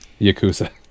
Yakuza